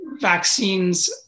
vaccines